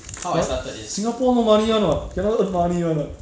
eh singapore no money [one] [what] cannot earn money [one] [what]